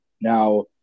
Now